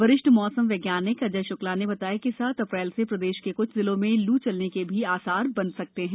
वरिष्ठ मौसम वैज्ञानिक अजय श्क्ला ने बताया कि सात अप्रैल से प्रदेश के कुछ जिलों में लू चलने के भी आसार बन सकते हैं